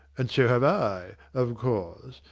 and so have i of course.